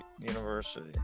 University